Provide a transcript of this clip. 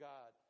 God